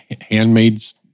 Handmaid's